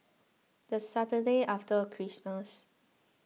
the Saturday after Christmas